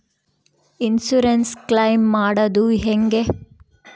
Insurance claim ಮಾಡದು ಹೆಂಗೆ?